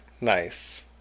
Nice